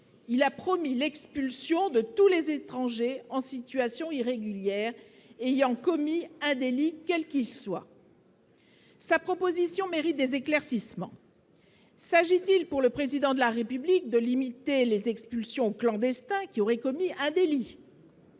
il a promis l'expulsion de tous les étrangers en situation irrégulière ayant commis un délit, quel qu'il soit. Sa proposition mérite des éclaircissements : s'agit-il pour le président de la République de limiter les expulsions clandestins qui auraient commis un délit,